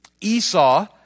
Esau